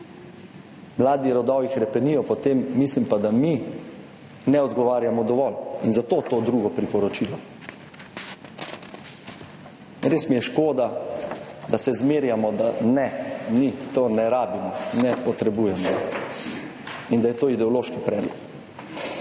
Mladi rodovi hrepenijo po tem, mislim pa, da mi ne odgovarjamo dovolj. In zato to drugo priporočilo. Res mi je škoda, da se zmerjamo, da ne, ni, tega ne rabimo, ne potrebujemo in da je to ideološki predlog.